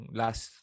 last